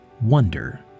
Wonder